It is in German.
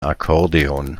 akkordeon